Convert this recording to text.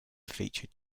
featured